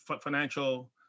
financial